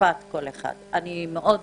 אני מאוד מבקשת: